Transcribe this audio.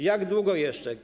Jak długo jeszcze?